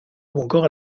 encore